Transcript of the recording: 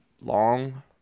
long